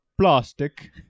plastic